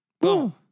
Boom